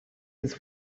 his